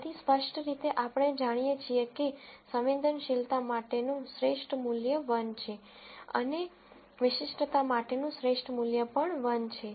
તેથી સ્પષ્ટ રીતે આપણે જાણીએ છીએ કે સંવેદનશીલતા માટેનું શ્રેષ્ઠ મૂલ્ય 1 છે અને વિશિષ્ટતા માટેનું શ્રેષ્ઠ મૂલ્ય પણ 1 છે